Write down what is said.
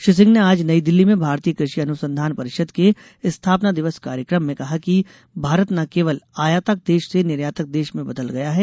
श्री सिंह ने आज नई दिल्ली में भारतीय कृषि अनुसंधान परिषद के स्थापना दिवस कार्यकम में उन्होंने कहा कि भारत न केवल आयातक देश से निर्यातक देश में बदल गया है